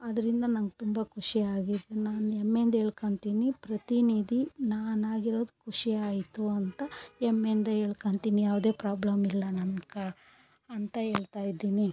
ಅದರಿಂದ ನಂಗೆ ತುಂಬ ಖುಷಿ ಆಗಿ ನಾನು ಹೆಮ್ಮೆಯಿಂದ ಹೆಳ್ಕೊಂತಿನಿ ಪ್ರತಿನಿಧಿ ನಾನಾಗಿರೋದು ಖುಷಿ ಆಯಿತು ಅಂತ ಹೆಮ್ಮೆಯಿಂದ ಹೇಳ್ಕೊಂತಿನಿ ಯಾವುದೇ ಪ್ರಾಬ್ಲಮ್ಮಿಲ್ಲ ನನ್ಗೆ ಅಂತ ಹೇಳ್ತಾಯಿದ್ದಿನಿ